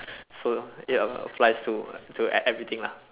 so ya it applies to to e~ everything lah